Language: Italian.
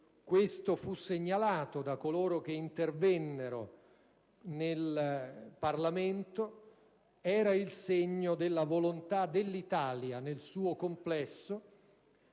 - come fu segnalato da coloro che intervennero nel Parlamento - era il segno della volontà dell'Italia nel suo complesso